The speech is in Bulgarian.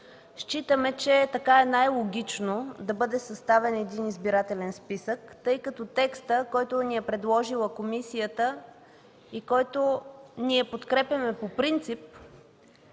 Считаме, че така е най-логично да бъде съставен един избирателен списък, тъй като от текста, който комисията ни е предложила и който ние подкрепяме по принцип,